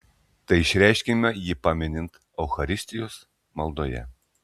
tai išreiškiama jį paminint eucharistijos maldoje